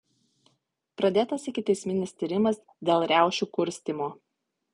pradėtas ikiteisminis tyrimas dėl riaušių kurstymo